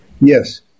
Yes